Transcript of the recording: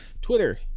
twitter